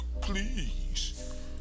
please